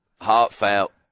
heartfelt